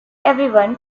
everyone